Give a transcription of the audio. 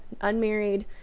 unmarried